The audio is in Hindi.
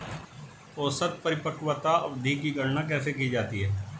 औसत परिपक्वता अवधि की गणना कैसे की जाती है?